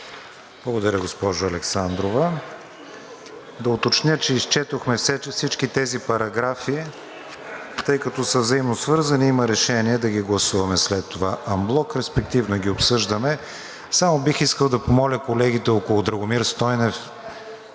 Благодаря, госпожо Александрова. Да уточня, че изчетохме всички тези параграфи, тъй като са взаимно свързани. Има решение да ги гласуваме след това анблок, респективно ги обсъждаме. (Шум в залата.) Само бих искал да помоля колегите около Драгомир Стойнев